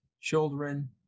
children